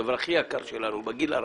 את הדבר הכי יקר שלנו בגיל הרך,